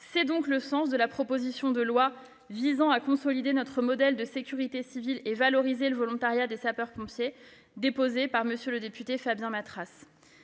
C'est le sens de la proposition de loi visant à consolider notre modèle de sécurité civile et valoriser le volontariat des sapeurs-pompiers déposée par M. le député Fabien Matras.